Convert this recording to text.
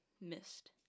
missed